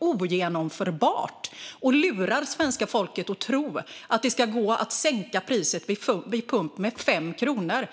ogenomförbart och lurar svenska folket att tro att det ska gå att sänka priset vid pump med 5 kronor.